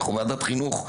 אנחנו ועדת חינוך,